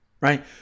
Right